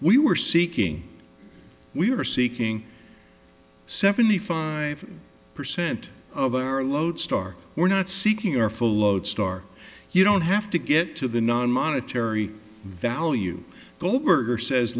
we were seeking we were seeking seventy five percent of our lodestar we're not seeking your full lodestar you don't have to get to the non monetary value goldberger says